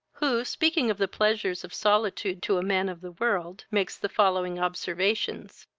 who, speaking of the pleasures of solitude to a man of the world, makes the following observations.